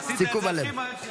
סיכום מלא.